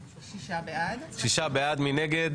6. מי נגד?